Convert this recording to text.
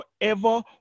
forever